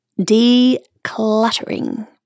decluttering